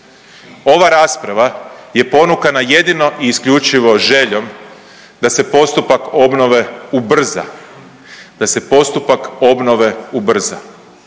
Ova rasprava je ponukana jedino i isključivo željom da se postupak obnove ubrza,